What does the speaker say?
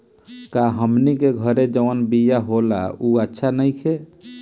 का हमनी के घरे जवन बिया होला उ अच्छा नईखे?